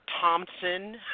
Thompson